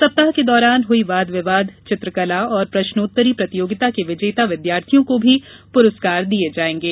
सप्ताह के दौरान हई वाद विवाद चित्रकला और प्रष्नोत्तरी प्रतियोगिता के विजेता विद्यार्थियों को भी पुरस्कार प्रदान किए जाएंगे